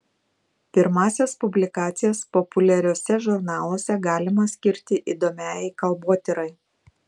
pirmąsias publikacijas populiariuose žurnaluose galima skirti įdomiajai kalbotyrai